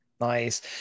Nice